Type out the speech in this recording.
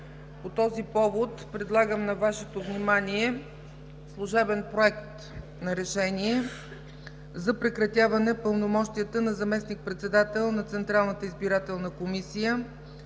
По този повод предлагам на Вашето внимание служебен „Проект! РЕШЕНИЕ за прекратяване пълномощията на заместник-председател на